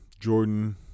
Jordan